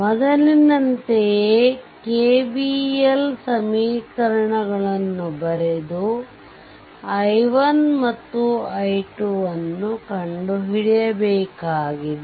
ಮೊದಲಿನಂತೆಯೇ ಕೆವಿಎಲ್ ಸಮೀಕರಣಗಳನ್ನು ಬರೆದು i1 ಮತ್ತುi2 ನ್ನು ಕಂಡುಹಿಡಿಯಬೇಕಾಗಿದೆ